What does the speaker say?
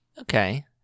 Okay